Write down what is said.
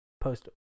post